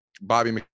Bobby